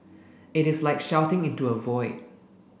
it is like shouting into a void